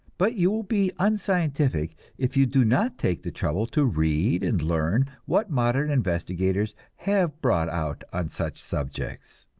but you will be unscientific if you do not take the trouble to read and learn what modern investigators have brought out on such subjects.